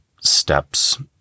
steps